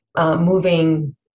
Moving